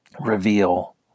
reveal